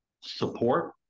support